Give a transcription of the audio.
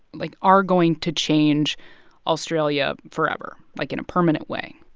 like, are going to change australia forever like, in a permanent way?